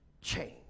change